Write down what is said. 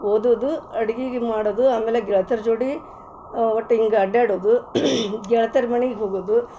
ಓದೋದು ಅಡ್ಗೆ ಮಾಡೋದು ಆಮೇಲೆ ಗೆಳತಿರ ಜೋಡಿ ಒಟ್ಟು ಹಿಂಗ್ ಅಡ್ಡಾಡೋದು ಗೆಳತಿಯರ ಮನಿಗೆ ಹೋಗೋದು